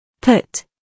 Put